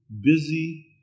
busy